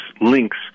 links